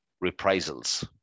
reprisals